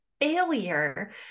failure